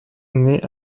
naît